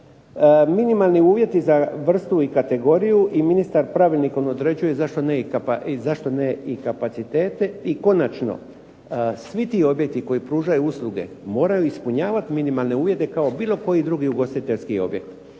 Minimalni uvjeti za vrstu i kategoriju i ministar pravilnikom određuje zašto ne i kapacitete i konačno svi ti objekti koji pružaju usluge moraju ispunjavat minimalne uvjete kao bilo koji drugi ugostiteljski objekt.